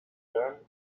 then